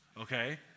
okay